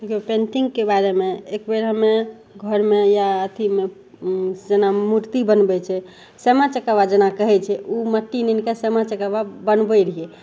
पेंटिंगके बारेमे एक बेर हमे घरमे या अथीमे जेना मुर्ति बनबय छै सामा चकेबा जेना कहय छै उ मट्टी नीनके सामा चकेबा बनबय रहियै